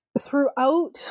throughout